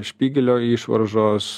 špygelio išvaržos